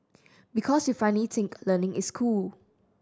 because you funny think learning is cool